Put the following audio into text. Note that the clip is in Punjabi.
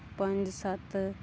ਪੰਜ ਸੱਤ